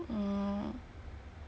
oh